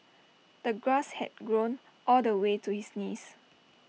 the grass had grown all the way to his knees